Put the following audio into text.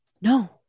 No